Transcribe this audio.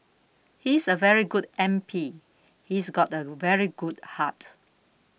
he's a very good M P he's got a very good heart